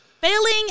failing